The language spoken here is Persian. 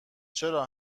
چرا